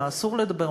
מה אסור לדבר,